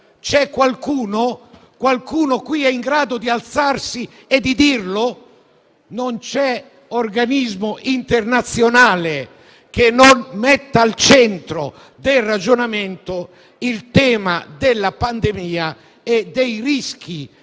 C'è qualcuno qui che è in grado di alzarsi e di dirlo? Non c'è organismo internazionale che non metta al centro del ragionamento il tema della pandemia e dei rischi